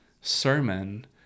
sermon